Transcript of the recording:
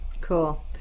Cool